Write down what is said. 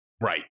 right